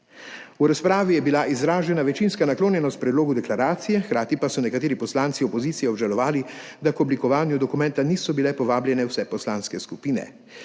V razpravi je bila izražena večinska naklonjenost predlogu deklaracije, hkrati pa so nekateri poslanci opozicije obžalovali, da k oblikovanju dokumenta niso bile povabljene vse poslanske skupine.